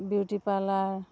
beauty parlour